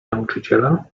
nauczyciela